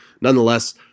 nonetheless